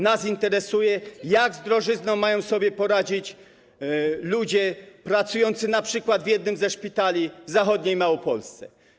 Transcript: Nas interesuje, jak z drożyzną mają sobie poradzić ludzie pracujący np. w jednym ze szpitali w zachodniej Małopolsce.